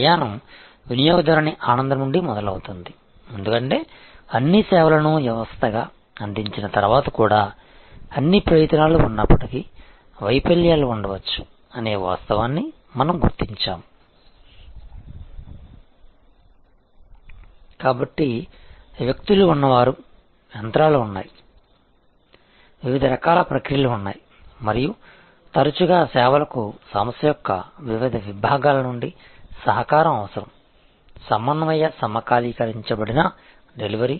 ప్రయాణం వినియోగదారుని ఆనందం నుండి మొదలవుతుంది ఎందుకంటే అన్ని సేవలను వ్యవస్థగా అందించిన తర్వాత కూడా అన్ని ప్రయత్నాలు ఉన్నప్పటికీ వైఫల్యాలు ఉండవచ్చు అనే వాస్తవాన్ని మనము గుర్తించాము కాబట్టి వ్యక్తులు ఉన్నారు యంత్రాలు ఉన్నాయి వివిధ రకాల ప్రక్రియలు ఉన్నాయి మరియు తరచుగా సేవలకు సంస్థ యొక్క వివిధ విభాగాల నుండి సహకారం అవసరం సమన్వయ సమకాలీకరించబడిన డెలివరీ